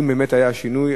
אם באמת היה השינוי,